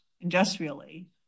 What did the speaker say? industrially